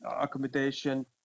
accommodation